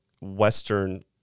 Western